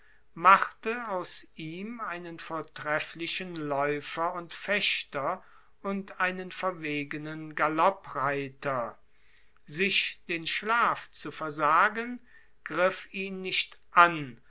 machte aus ihm einen vortrefflichen laeufer und fechter und einen verwegenen galoppreiter sich den schlaf zu versagen griff ihn nicht an